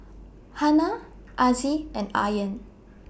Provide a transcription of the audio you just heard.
Hana Aziz and Aryan